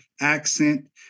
accent